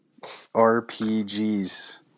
RPGs